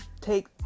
take